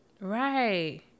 Right